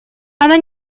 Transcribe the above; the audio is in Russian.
она